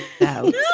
out